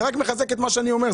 זה רק מחזק את מה שאני אומר.